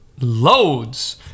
loads